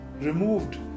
removed